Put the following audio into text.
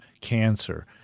cancer